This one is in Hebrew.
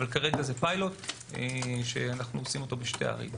אבל כרגע זה פיילוט שאנחנו עושים בשתי ערים.